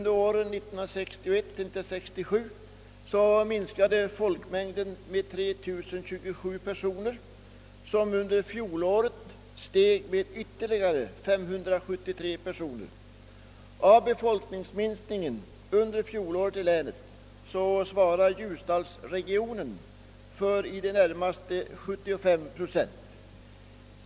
Under åren 1961—1967 minskade folkmängden med 3027 personer, vilket antal under fjolåret steg med ytterligare 573. Av länets befolkningsminskning under fjolåret svarar ljusdalsregionen för i det närmaste 75 procent.